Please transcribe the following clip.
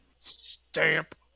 Stamp